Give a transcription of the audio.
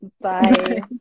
Bye